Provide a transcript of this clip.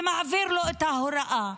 ומעביר לו את ההוראה: